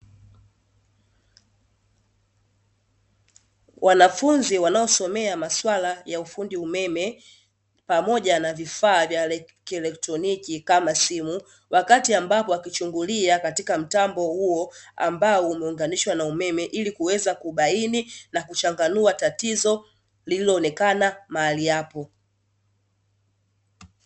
Wanafunzi wanaosema maswala ya ufundi umeme pamoja na kieletroniki